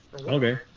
Okay